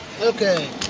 Okay